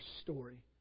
story